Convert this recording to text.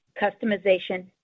customization